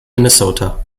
minnesota